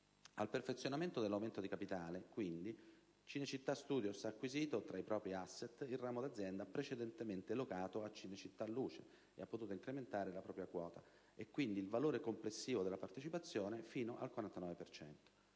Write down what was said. Al perfezionamento dell'aumento di capitale, quindi, Cinecittà Studios ha acquisito tra i propri *asset* il ramo d'azienda precedentemente locato e Cinecittà Luce ha potuto incrementare la propria quota e, quindi, il valore complessivo della partecipazione, fino al 49